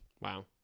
Wow